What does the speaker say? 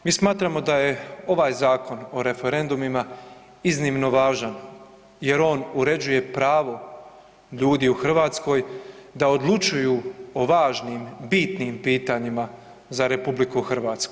Mi smatramo da je ovaj Zakon o referendumima iznimno važan jer on uređuje pravo ljudi u Hrvatskoj da odlučuju o važnim bitnim pitanjima za RH.